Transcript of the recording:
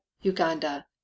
uganda